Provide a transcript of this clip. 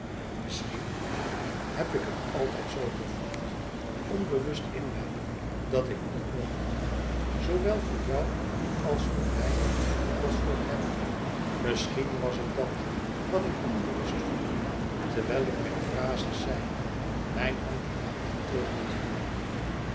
isschien heb ik het altijd zoo gevoeld onbewust in mij dat ik niet mocht zoowel voor jou als voor mij als voor hem misschien was het dat wat ik onbewust voelde terwijl ik mijn frazes zei mijn antipathie tegen het huwelijk